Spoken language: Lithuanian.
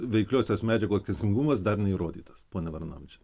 veikliosios medžiagos kenksmingumas dar neįrodytas ponia varanavičiene